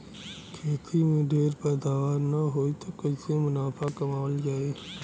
खेती में ढेर पैदावार न होई त कईसे मुनाफा कमावल जाई